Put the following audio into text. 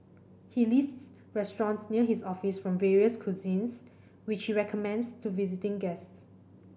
he lists restaurants near his office from various cuisines which he recommends to visiting guests